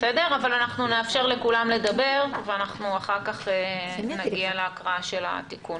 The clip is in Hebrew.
אבל נאפשר לכולם לדבר ואחר כך נגיע להקראה של התיקון.